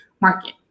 market